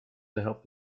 help